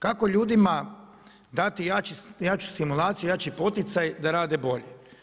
Kako ljudima dati jaču simulaciju, jači poticaj da rade bolje?